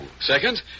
Second